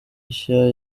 nshya